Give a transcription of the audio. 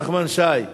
חבר הכנסת נחמן שי.